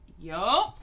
Yo